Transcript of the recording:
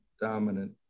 dominant